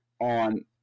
on